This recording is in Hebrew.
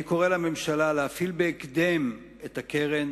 אני קורא לממשלה להפעיל בהקדם את הקרן,